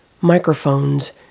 Microphones